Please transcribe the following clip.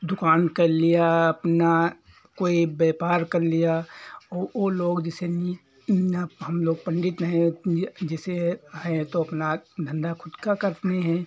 दुकान कर लिया अपना कोई व्यापार कर लिया और ओ लोग जैसे न नफा हम लोग पंडित जो है वो पूजा जैसे हैं तो अपना धंधा खुद का करते हैं